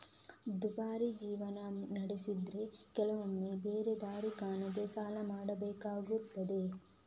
ದುಬಾರಿ ಜೀವನ ನಡೆಸಿದ್ರೆ ಕೆಲವೊಮ್ಮೆ ಬೇರೆ ದಾರಿ ಕಾಣದೇ ಸಾಲ ಮಾಡ್ಬೇಕಾಗ್ತದೆ